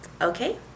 okay